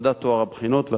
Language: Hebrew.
ועדת טוהר הבחינות,